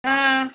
ஆ